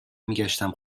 میگشتم